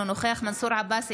אינו נוכח מנסור עבאס,